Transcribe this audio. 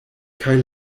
kaj